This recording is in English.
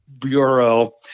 Bureau